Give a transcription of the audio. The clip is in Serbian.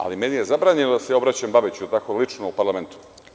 Ali, meni je zabranjeno da se obraćam Babiću lično u parlamentu.